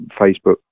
Facebook